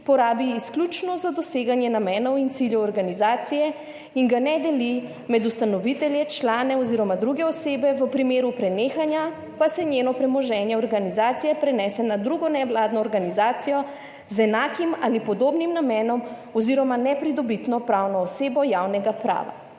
porabi izključno za doseganje namenov in ciljev organizacije in ga ne deli med ustanovitelje, člane, oz. druge osebe, v primeru prenehanja pa se njeno premoženje organizacije prenese na drugo nevladno organizacijo z enakim ali podobnim namenom oz. nepridobitno pravno osebo javnega prava.